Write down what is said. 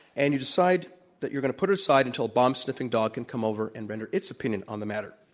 and you decide that you're going to put it aside until a bomb-sniffing dog can come over and render its opinion on the matter.